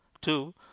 two